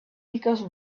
because